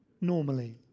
normally